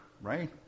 right